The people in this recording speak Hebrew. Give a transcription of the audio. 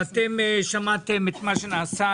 אתם שמעתם את מה שנעשה.